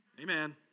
Amen